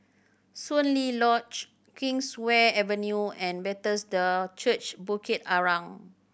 Soon Lee Lodge Kingswear Avenue and Bethesda Church Bukit Arang